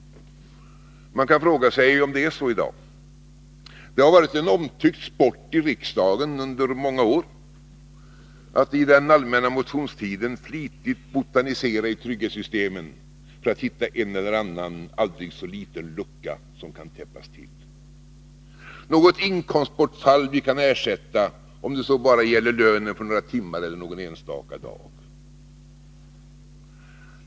Man kan fråga sig om det är så i dag. Det har varit en omtyckt sport i riksdagen under många år att under den allmänna motionstiden flitigt botanisera i trygghetssystemen för att hitta en eller annan aldrig så liten lucka som kan täppas till, något inkomstbortfall vi kan ersätta, om det så bara gäller lönen för några timmar eller någon enstaka dag.